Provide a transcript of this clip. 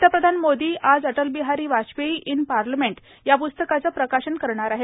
पंतप्रधान मोदी आज Atal Bihari Vajpayee in Parliament या प्स्तकाचं प्रकाशन करतील